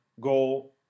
goal